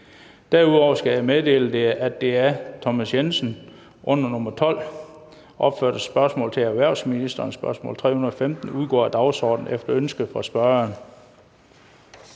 Derudover skal jeg meddele, at det af Thomas Jensen under nr. 12 opførte spørgsmål til erhvervsministeren (spørgsmål nr. S 315) udgår af dagsordenen efter ønske fra spørgeren.